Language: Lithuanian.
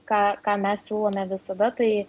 ką ką mes siūlome visada tai